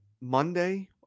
Monday